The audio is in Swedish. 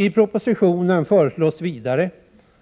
I propositionen föreslås vidare